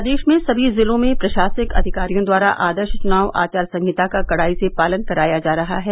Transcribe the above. प्रदेश में सभी जिलों में प्रशासनिक अधिकारियों द्वारा आदर्श चुनाव आचार संहिता का कड़ाई से पालन कराया जा रहा है